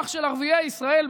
שה"קיפוח" של ערביי ישראל,